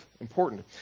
important